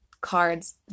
cards